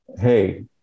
hey